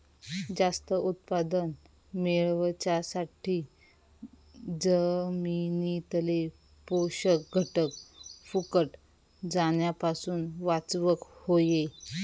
जास्त उत्पादन मेळवच्यासाठी जमिनीतले पोषक घटक फुकट जाण्यापासून वाचवक होये